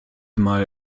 mal